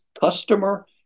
customer